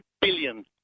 billion